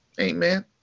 Amen